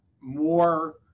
more